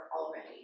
already